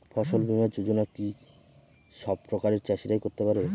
ফসল বীমা যোজনা কি সব প্রকারের চাষীরাই করতে পরে?